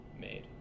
made